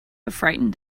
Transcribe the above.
frightened